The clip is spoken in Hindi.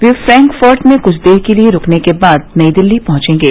वे फ्रैन्कफर्ट में कुछ देर के लिए रूकने के बाद नई दिल्ली पहचेंगे